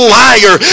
liar